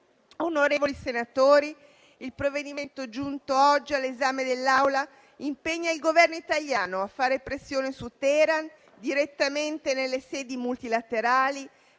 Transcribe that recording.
Onorevoli senatori, il provvedimento giunto oggi all'esame dell'Assemblea impegna il Governo italiano a fare pressione su Teheran direttamente nelle sedi multilaterali